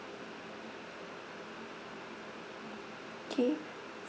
K